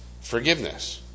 forgiveness